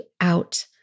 out